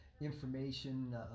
information